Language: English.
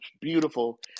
beautiful